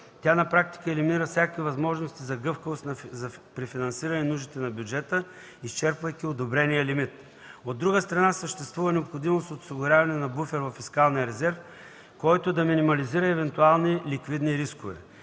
тя на практика елиминира всякакви възможности за гъвкавост при финансиране нуждите на бюджета, изчерпвайки одобрения лимит. От друга страна, съществува необходимост от осигуряване на буфер във фискалния резерв, който да минимализира евентуални ликвидни рискове.